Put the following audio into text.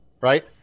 right